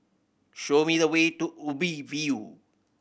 show me the way to Ubi View